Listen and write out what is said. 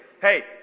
Hey